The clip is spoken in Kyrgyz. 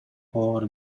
оор